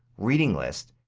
reading list,